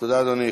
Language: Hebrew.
תודה, אדוני.